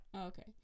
Okay